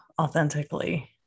authentically